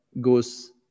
goes